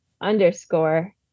underscore